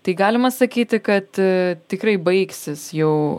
tai galima sakyti kad tikrai baigsis jau